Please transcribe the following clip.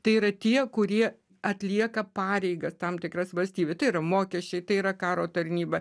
tai yra tie kurie atlieka pareigas tam tikras valstybei tai yra mokesčiai tai yra karo tarnyba